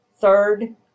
third